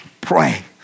pray